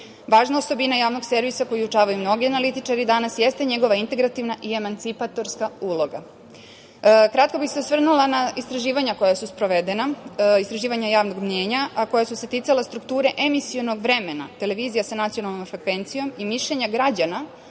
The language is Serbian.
Važna osobina javnog servisa koji izučavaju mnogi analitičari danas jeste njegova integrativna i emancipatorska uloga“.Kratko bih se osvrnula na istraživanja koja su sprovedena, istraživanja javnog mnjenja, a koja su se ticala strukture emisionog vremena televizija sa nacionalnom frekvencijom i mišljenja građana